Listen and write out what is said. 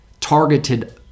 targeted